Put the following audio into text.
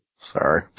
Sorry